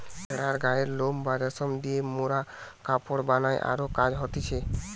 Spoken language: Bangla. ভেড়ার গায়ের লোম বা রেশম দিয়ে মোরা কাপড় বানাই আরো কাজ হতিছে